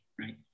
right